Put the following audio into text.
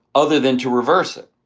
other than to reverse it?